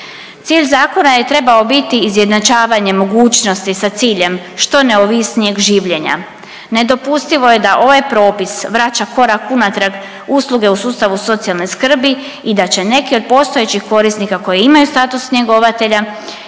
Cilj zakona je trebao biti izjednačavanje mogućnosti sa ciljem što neovisnijeg življenja. Nedopustivo je da ovaj propis vraća korak unatrag usluge u sustavu socijalne skrbi i da će neki od postojećih korisnika koji imaju status njegovatelja